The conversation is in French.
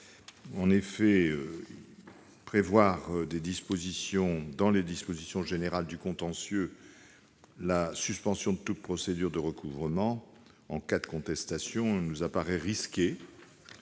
En effet, prévoir dans les dispositions générales du contentieux la suspension de toute procédure de recouvrement en cas de contestation nous paraît risqué.